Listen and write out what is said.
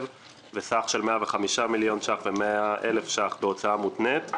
וסך של 105 מיליון ₪ ו-100 אלף ₪ בהוצאה מותנית.